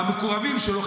שמהמקורבים שלו,